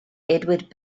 edward